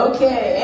Okay